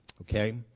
Okay